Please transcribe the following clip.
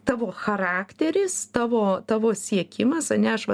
tavo charakteris tavo tavo siekimas ane aš va